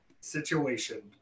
situation